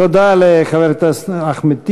תודה לחבר הכנסת אחמד טיבי.